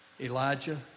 Elijah